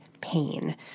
pain